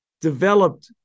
developed